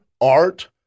art